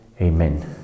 Amen